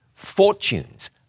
fortunes